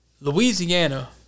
Louisiana